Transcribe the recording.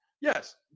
Yes